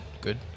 good